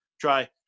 try